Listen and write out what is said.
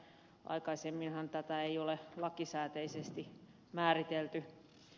aikaisemminhan tätä ei ole lakisääteisesti määritelty